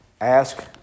ask